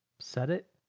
set it,